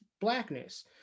Blackness